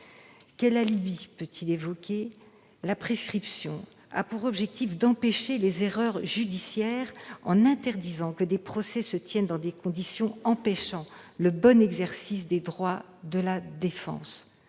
Quel alibi pourrait-il évoquer ? La prescription a pour objectif d'empêcher les erreurs judiciaires, en interdisant que des procès ne se tiennent dans des conditions empêchant le bon exercice des droits de la défense.